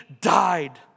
died